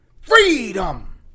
freedom